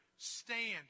Stand